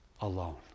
alone